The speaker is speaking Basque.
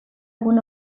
egun